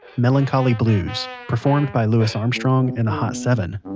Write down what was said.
melancholy blues, performed by louis armstrong and the hot seven